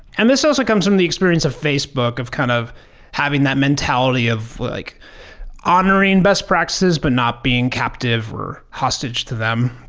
and this also comes from the experience of facebook of kind of having that mentality of like honoring best practices, but not being captive or hostage to them.